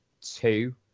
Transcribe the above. two